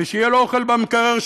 ושיהיה לו אוכל במקרר,